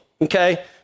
okay